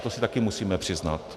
To si taky musíme přiznat.